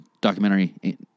documentary